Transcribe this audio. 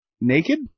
naked